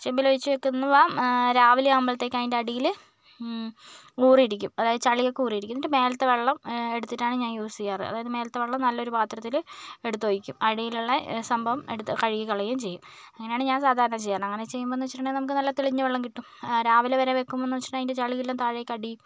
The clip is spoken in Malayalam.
ചെമ്പിലൊഴിച്ച് വെക്കുന്നവ രാവിലെയാകുമ്പോഴത്തേക്കും അതിൻ്റെ അടിയിൽ ഊറിയിരിക്കും അതായത് ചളിയൊക്കെ ഊറിയിരിക്കും എന്നിട്ട് മേലത്തെ വെള്ളം എടുത്തിട്ടാണ് ഞാൻ യൂസ് ചെയ്യാറ് അതായത് മേലത്തെ വെള്ളം നല്ലൊരു പാത്രത്തിൽ എടുത്ത് വെക്കും അടിയിലുള്ള സംഭവം എടുത്ത് കഴുകിക്കളയുകയും ചെയ്യും അങ്ങനെയാണ് ഞാൻ സാധാരണ ചെയ്യാറ് അങ്ങനെ ചെയ്യുമ്പോഴെന്ന് വെച്ചിട്ടുണ്ടെങ്കിൽ നമുക്ക് നല്ല തെളിഞ്ഞ വെള്ളം കിട്ടും രാവിലെ വരെ വെക്കുമ്പോഴെന്ന് വെച്ചിട്ടുണ്ടെങ്കിൽ അതിൻ്റെ ചളിയെല്ലാം താഴേക്കടിയും